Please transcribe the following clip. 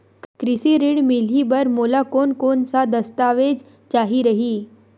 कृषि ऋण मिलही बर मोला कोन कोन स दस्तावेज चाही रही?